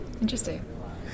Interesting